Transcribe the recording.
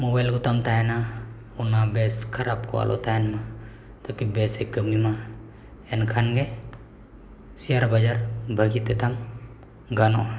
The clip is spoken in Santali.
ᱠᱚᱛᱟᱢ ᱛᱟᱦᱮᱱᱟ ᱩᱱᱦᱚᱸ ᱵᱮᱥ ᱠᱷᱟᱨᱟᱯ ᱠᱚ ᱟᱞᱚ ᱛᱟᱦᱮᱱ ᱢᱟ ᱛᱟᱠᱤ ᱵᱮᱥᱮ ᱠᱟᱹᱢᱤᱭ ᱢᱟ ᱮᱱᱠᱷᱟᱱ ᱜᱮ ᱥᱮᱭᱟᱨ ᱵᱟᱡᱟᱨ ᱵᱷᱟᱜᱮ ᱛᱮᱛᱟᱢ ᱜᱟᱱᱚᱜᱼᱟ